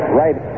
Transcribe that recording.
right